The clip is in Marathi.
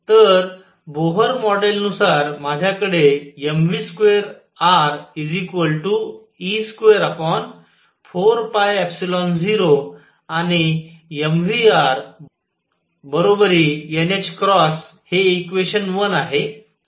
तर बोहर मॉडेलनुसार माझ्याकडे mv2r e24π0 आणि mvr बरोबरी n हे इक्वेशन 1 आहे इक्वेशन 2